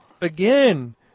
again